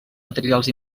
materials